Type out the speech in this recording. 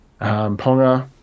Ponga